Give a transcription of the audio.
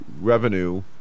revenue